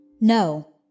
No